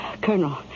Colonel